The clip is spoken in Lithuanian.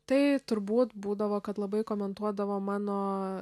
tai turbūt būdavo kad labai komentuodavo mano